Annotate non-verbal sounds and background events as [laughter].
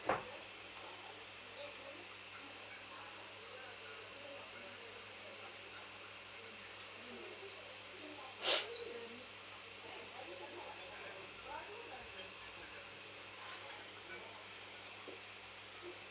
[breath]